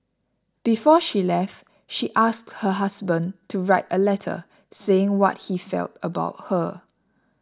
before she left she asked her husband to write a letter saying what he felt about her